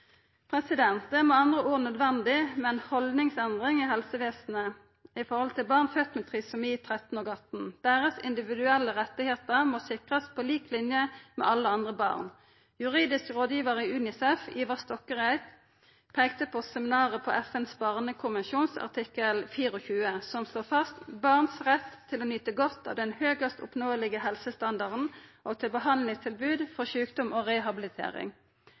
Det er med andre ord nødvendig med ei haldningsendring i helsevesenet når det gjeld barn fødde med trisomi 13 og barn fødde med trisomi 18. Deira individuelle rettar må verta sikra på lik linje med alle andre barns. Juridisk rådgjevar i UNICEF, Ivar Stokkereit, peikte på seminaret på FNs barnekonvensjon, artikkel 24, som slår fast barns rett til å nyta godt av den høgast oppnåelege helsestandarden og til behandlingstilbod for sjukdom og rehabilitering,